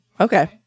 Okay